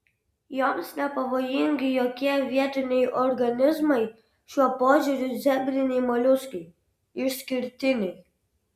joms nepavojingi jokie vietiniai organizmai šiuo požiūriu zebriniai moliuskai išskirtiniai